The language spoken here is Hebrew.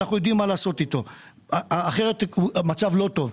אנחנו יודעים מה לעשות איתו כי אחרת המצב לא טוב.